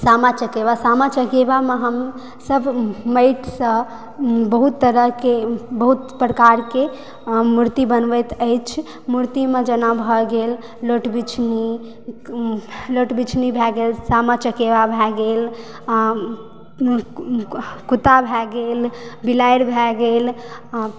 सामा चकेबा सामा चकेबामे हम सब माटिके बहुत तरहके बहुत प्रकार के मूर्ति बनबैत अछि मूर्तिमे जेना भऽ गेल लोटबिछनी लोटबिछनी भय गेल सामा चकेबा भय गेल आ कुत्ता भय गेल बिलारि भय गेल